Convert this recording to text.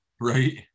right